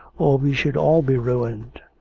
or we should all be ruined.